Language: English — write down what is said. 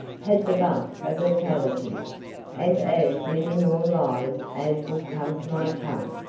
had the bump of locality and as many more lies as would come to my tongue.